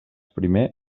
primer